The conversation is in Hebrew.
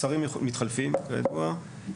שרים מתחלפים, כידוע.